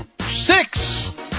Six